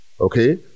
Okay